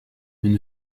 mais